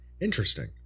interesting